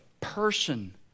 person